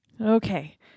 Okay